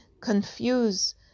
confuse